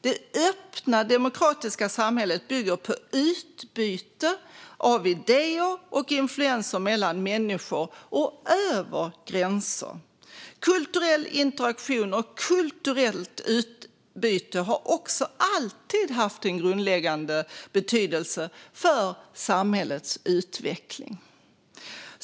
Det öppna demokratiska samhället bygger på utbyte av idéer och influenser mellan människor och över gränser. Kulturell interaktion och kulturellt utbyte har också alltid haft en grundläggande betydelse för samhällets utveckling.